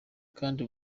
kandi